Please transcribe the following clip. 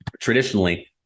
traditionally